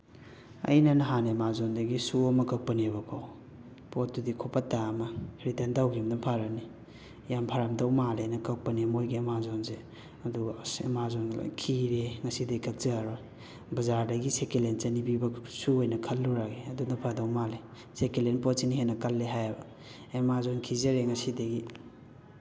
ꯑꯩꯅ ꯅꯍꯥꯟ ꯑꯥꯃꯥꯖꯣꯟꯗꯒꯤ ꯁꯨ ꯑꯃ ꯀꯛꯄꯅꯦꯕꯀꯣ ꯄꯣꯠꯇꯨꯗꯤ ꯈꯨꯐꯠꯇ ꯑꯃ ꯔꯤꯇꯟ ꯇꯧꯈꯤꯕꯅ ꯐꯔꯅꯤ ꯌꯥꯝ ꯐꯔꯝꯗꯧ ꯃꯥꯜꯂꯦꯅ ꯀꯛꯄꯅꯦ ꯃꯣꯏꯒꯤ ꯑꯥꯃꯥꯖꯣꯟꯁꯦ ꯑꯗꯨꯒ ꯑꯁ ꯑꯥꯃꯥꯖꯣꯟꯒ ꯂꯣꯏꯅ ꯈꯤꯔꯦꯍꯦ ꯉꯁꯤꯗꯒꯤ ꯀꯛꯆꯔꯔꯣꯏ ꯕꯖꯥꯔꯗꯒꯤ ꯁꯦꯀꯦꯂꯦꯟ ꯆꯅꯤ ꯄꯤꯕ ꯁꯨ ꯑꯣꯏꯅ ꯈꯜꯂꯨꯔꯒꯦ ꯑꯗꯨꯅ ꯐꯗꯧ ꯃꯥꯜꯂꯦ ꯁꯦꯀꯦꯂꯦꯟ ꯄꯣꯠꯁꯤꯅ ꯍꯦꯟꯅ ꯀꯜꯂꯦ ꯍꯥꯏꯕ ꯑꯥꯃꯥꯖꯣꯟ ꯈꯤꯖꯔꯦ ꯉꯁꯤꯗꯒꯤ